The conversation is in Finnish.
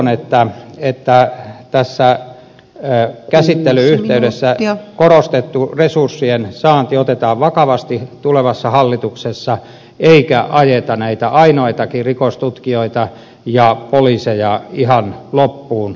toivon että tässä käsittelyn yhteydessä korostettu resurssien saanti otetaan vakavasti tulevassa hallituksessa eikä ajeta näitä ainoitakin rikostutkijoita ja poliiseja ihan loppuun